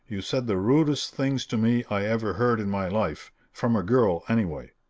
you said the rudest things to me i ever heard in my life from a girl, anyway.